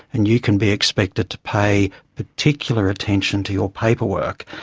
and you can be expected to pay particular attention to your paperwork,